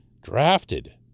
drafted